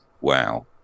Wow